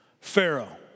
Pharaoh